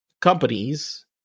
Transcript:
companies